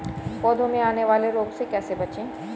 पौधों में आने वाले रोग से कैसे बचें?